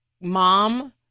mom